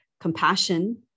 Compassion